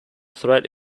threat